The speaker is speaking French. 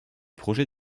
projets